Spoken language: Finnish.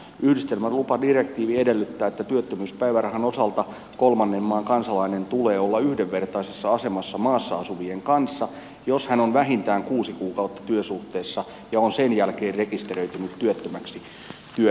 yhdistelmälupadirektiivi edellyttää että työttömyyspäivärahan osalta kolmannen maan kansalaisen tulee olla yhdenvertaisessa asemassa maassa asuvien kanssa jos hän on vähintään kuusi kuukautta työsuhteessa ja on sen jälkeen rekisteröitynyt työttömäksi työnhakijaksi